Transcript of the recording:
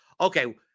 okay